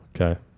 Okay